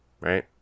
right